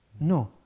No